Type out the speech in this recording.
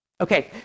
Okay